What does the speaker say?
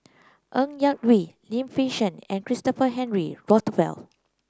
Ng Yak Whee Lim Fei Shen and Christopher Henry Rothwell